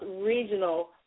Regional